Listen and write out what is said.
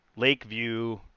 Lakeview